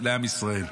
לעם ישראל.